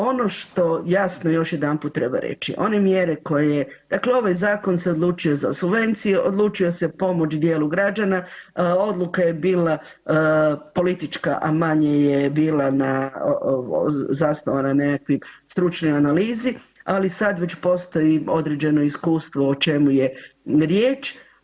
Ono što jasno još jedanput treba reći, one mjere koje, dakle ovaj zakon se odlučio za subvenciju, odlučio se pomoć dijelu građana, odluka je bila politička, a manje je bila na, zasnovana na nekakvim stručnoj analizi, ali sad već postoji određeno iskustvo o čemu je riječ.